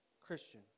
Christian